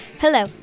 Hello